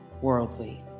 worldly